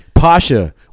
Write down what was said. Pasha